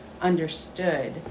understood